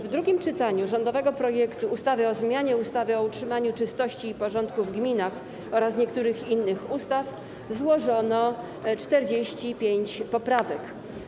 W drugim czytaniu rządowego projektu ustawy o zmianie ustawy o utrzymaniu czystości i porządku w gminach oraz niektórych innych ustaw złożono 45 poprawek.